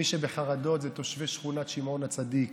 מי שבחרדות זה תושבי שכונת שמעון הצדיק.